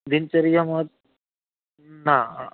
દિનચર્યામાં ના